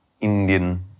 Indian